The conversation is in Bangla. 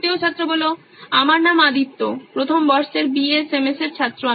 তৃতীয় ছাত্র আমার নাম আদিত্য প্রথম বর্ষের বি এস এম এস এর ছাত্র